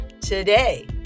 today